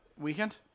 Weekend